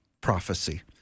prophecy